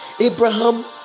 Abraham